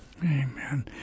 Amen